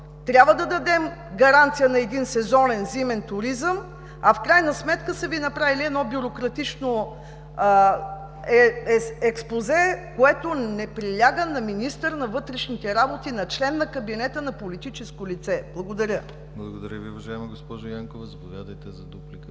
Трябва да дадем гаранция за сезонен зимен туризъм, а в крайна сметка са Ви направили бюрократично експозе, което не приляга на министър на вътрешните работи, на член на кабинета, на политическо лице. Благодаря. ПРЕДСЕДАТЕЛ ДИМИТЪР ГЛАВЧЕВ: Благодаря Ви, уважаема госпожо Янкова. Заповядайте за дуплика,